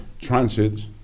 transit